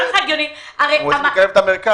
הם רוצים לקיים את המרכז.